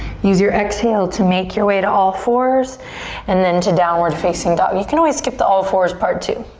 use your exhale to make your way to all fours and then to downward facing dog. you can always skip the all fours part too.